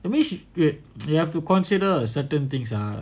I mean she wait you have to consider certain things ah